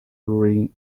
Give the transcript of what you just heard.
urim